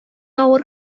авыр